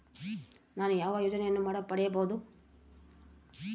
ನಾನು ಯಾವ ಯೋಜನೆಯನ್ನು ಪಡೆಯಬಹುದು?